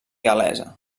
gal·lesa